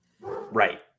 Right